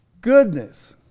goodness